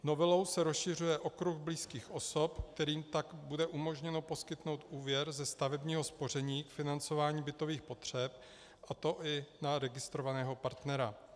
Novelou se rozšiřuje okruh blízkých osob, kterým tak bude umožněno poskytnout úvěr ze stavebního spoření k financování bytových potřeb, a to i na registrovaného partnera.